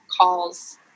calls